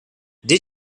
did